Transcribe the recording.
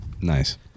Nice